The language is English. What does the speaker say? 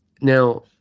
Now